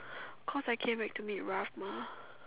cause I came back to meet Ralph mah